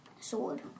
sword